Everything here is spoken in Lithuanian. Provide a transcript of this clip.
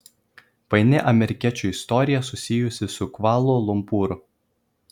paini amerikiečio istorija susijusi su kvala lumpūru